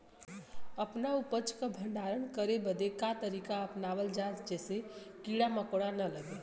अपना उपज क भंडारन करे बदे का तरीका अपनावल जा जेसे कीड़ा मकोड़ा न लगें?